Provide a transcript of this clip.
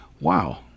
Wow